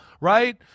right